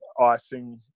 icing